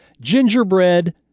gingerbread